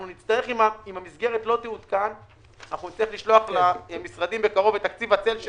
אם המסגרת לא תעודכן אנחנו נצטרך לשלוח למשרדים בקרוב את תקציב הצל של